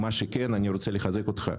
אני רוצה לחזק אותך,